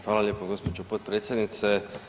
Hvala lijepo gospođo potpredsjednice.